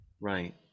Right